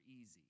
easy